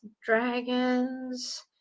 dragons